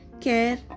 care